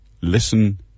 Listen